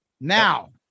Now